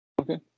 Okay